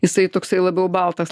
jisai toksai labiau baltas